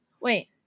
wait